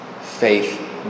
Faith